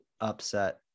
upset